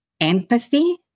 empathy